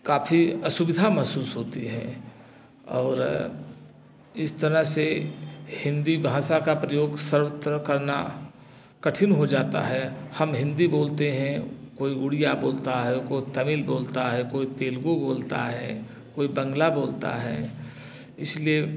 काफ़ी असुविधा महसूस होती है और इस तरह से हिंदी भाषा का प्रयोग सर्वत्र करना कठिन हो जाता है हम हिंदी बोलते हैं कोई उड़िया बोलता है कोई तमिल बोलता है कोई तेलगु बोलता है कोई बंगला बोलता है इसलिए